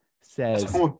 says